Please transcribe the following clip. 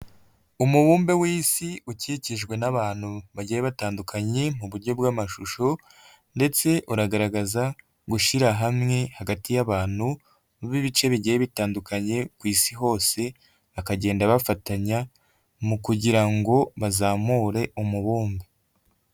Umubumbe w'isi ukikijwe n'abantu bagiye batandukanye, mu buryo bw'amashusho, ndetse unagaragaza ugushyira hamwe hagati y'abantu, b'ibice bigiye bitandukanye, ku isi hose bakagenda bafatanya mu kugira ngo bazamure umubumbe.